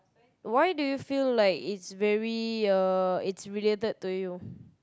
why do you feel like it's very uh it's related to you